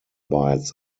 bites